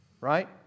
right